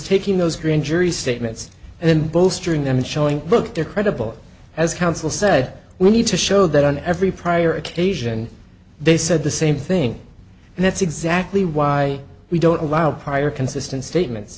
taking those grand jury statements and then bowstring them showing look they're credible as counsel said we need to show that on every prior occasion they said the same thing and that's exactly why we don't allow prior consistent statements